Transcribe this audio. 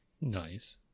Nice